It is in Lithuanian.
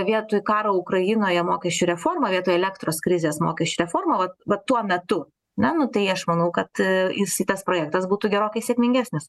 vietoj karo ukrainoje mokesčių reforma vietoj elektros krizės mokesčių reforma vat va tuo metu na nu tai aš manau kad jisai tas projektas būtų gerokai sėkmingesnis